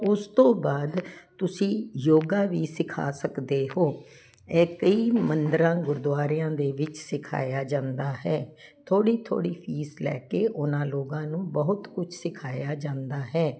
ਉਸ ਤੋਂ ਬਾਅਦ ਤੁਸੀਂ ਯੋਗਾ ਵੀ ਸਿਖਾ ਸਕਦੇ ਹੋ ਇਹ ਕਈ ਮੰਦਰਾਂ ਗੁਰਦੁਆਰਿਆਂ ਦੇ ਵਿੱਚ ਸਿਖਾਇਆ ਜਾਂਦਾ ਹੈ ਥੋੜ੍ਹੀ ਥੋੜ੍ਹੀ ਫੀਸ ਲੈ ਕੇ ਉਹਨਾਂ ਲੋਕਾਂ ਨੂੰ ਬਹੁਤ ਕੁਛ ਸਿਖਾਇਆ ਜਾਂਦਾ ਹੈ